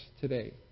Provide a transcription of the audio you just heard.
today